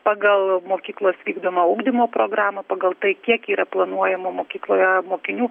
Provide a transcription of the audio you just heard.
pagal mokyklos vykdomą ugdymo programą pagal tai kiek yra planuojama mokykloje mokinių